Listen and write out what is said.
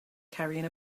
carrying